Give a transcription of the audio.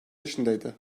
yaşındaydı